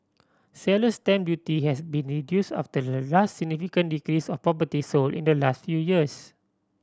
seller's stamp duty has been reduced after the last significant decrease of properties sold in the last few years